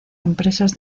empresas